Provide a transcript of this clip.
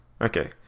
Okay